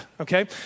okay